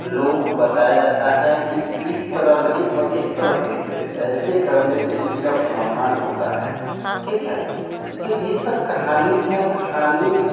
लोगों को बताया जाता है कि इस तरह नहीं और इस तरह कीजिए ऐसे करने से इसका समाधान होता है ठीक है तो यह सब कहानी है कहानी